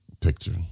picture